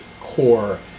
core